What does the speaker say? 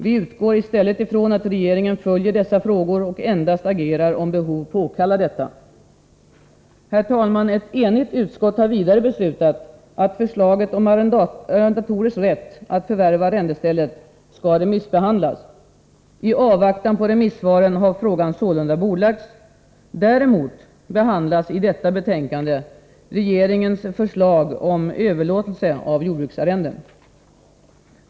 Vi utgår i stället från att regeringen följer dessa frågor och agerar endast om behov påkallar detta. Herr talman! Ett enigt utskott har vidare beslutat att förslaget om arrendatorers rätt att förvärva arrendestället skall remissbehandlas. I avvaktan på remissvaren har frågan sålunda bordlagts. Däremot behandlas i detta betänkande regeringens förslag om överlåtelse av jordbruksarrende.